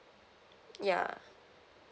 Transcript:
yeah